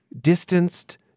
distanced